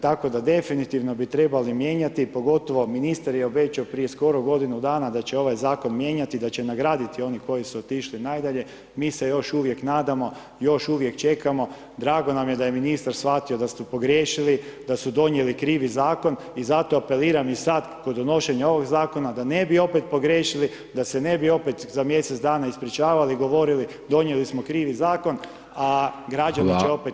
Tako da definitivno bi trebali mijenjati, pogotovo, ministar je obećao prije skoro godinu dana da će ovaj zakon mijenjati, da će nagraditi one koji su otišli najdalje, mi se još uvijek nadamo, još uvijek čekamo, drago nam je da je ministar shvatio da su pogriješili, da su donijeli krivi zakon i zato apeliram i sad kod donošenja ovog zakona, da ne bi opet pogriješili, da se ne bi opet za mjesec dana ispričavali, govorili, donijeli smo krivi zakon, a građani će opet sve to platiti.